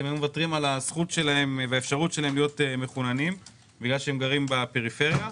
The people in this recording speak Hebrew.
מוותרים בעצם על האפשרות שלהם להיות מחוננים כי הם גרים בפריפריה.